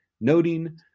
noting